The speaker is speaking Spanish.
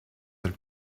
del